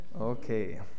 Okay